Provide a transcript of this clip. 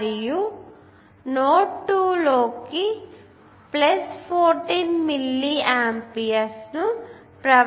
మరియు నోడ్ 2 లోకి 14 milliampere ప్రవహింపచేస్తుంది మరియు దానిని కనుగొనాలి